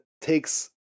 takes